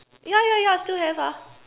ya ya ya still have ah